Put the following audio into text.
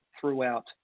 throughout